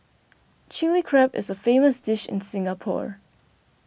Chilli Crab is a famous dish in Singapore